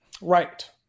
right